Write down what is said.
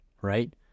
right